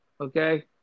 Okay